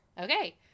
Okay